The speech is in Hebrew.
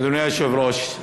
אדוני היושב-ראש,